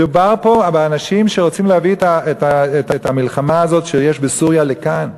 מדובר פה באנשים שרוצים להביא את המלחמה הזאת שיש בסוריה לכאן.